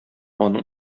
аның